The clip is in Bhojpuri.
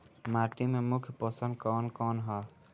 माटी में मुख्य पोषक कवन कवन ह?